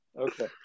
Okay